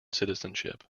citizenship